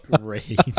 Great